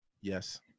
Yes